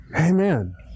Amen